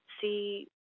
see